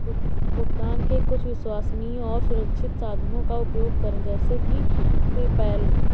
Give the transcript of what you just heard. भुगतान के कुछ विश्वसनीय और सुरक्षित साधनों का उपयोग करें जैसे कि पेपैल